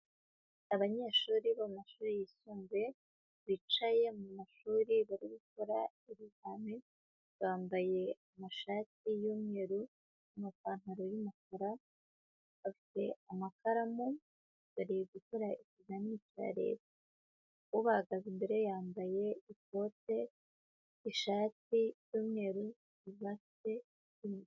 Abanyeshuri bo mu mashuri yisumbuye, bicaye mu mashuri bari gukora ibizame, bambaye amashati y'umweru n'ipantaro y'umukara, bafite amakaramu, bari gukora ikizamini cya leta. Ubahagaze imbere yambaye ikote, n'ishati y'umweru